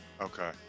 okay